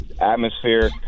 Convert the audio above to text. atmosphere